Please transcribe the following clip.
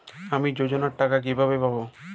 আমি যোজনার টাকা কিভাবে পাবো?